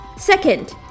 second